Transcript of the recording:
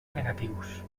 negatius